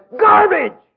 Garbage